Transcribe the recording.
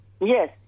Yes